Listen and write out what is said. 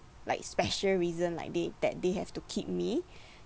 like special reason like they that they have to keep me